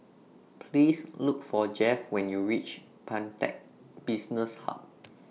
Please Look For Jeff when YOU REACH Pantech Business Hub